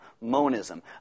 Monism